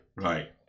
right